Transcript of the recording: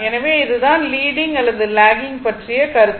எனவே இது தான் லீடிங் அல்லது லாகிங் பற்றிய கருத்து